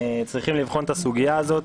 צריכים לבחון את הסוגיה הזאת.